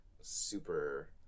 super